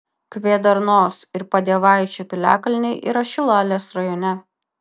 kvėdarnos ir padievaičio piliakalniai yra šilalės rajone